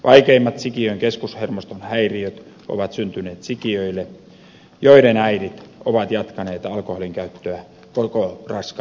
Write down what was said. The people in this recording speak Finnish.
vaikeimmat sikiön keskushermoston häiriöt ovat syntyneet sikiöille joiden äidit ovat jatkaneet alkoholin käyttöä koko raskauden ajan